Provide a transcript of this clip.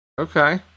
Okay